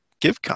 give